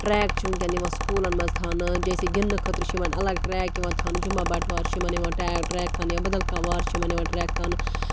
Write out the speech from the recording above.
track چھُ ونکیٚن یِوان سکوٗلَن منٛز تھاونہٕ جیسے گِنٛدنہٕ خٲطرٕ چھُ یِوان اَلگ ٹریک یِوان تھاونہٕ جمہ بَٹوار چھُ یِمَن یِوان ٹریک ٹریک تھاونہٕ یا بدل کانٛہہ وار چھُ یِمن یِوان ٹریک تھاونہٕ